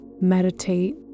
meditate